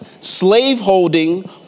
slave-holding